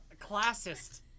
classist